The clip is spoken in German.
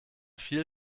viel